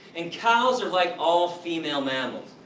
and cows are like all female mammals.